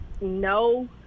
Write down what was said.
no